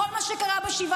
את כל מה שקורה כרגע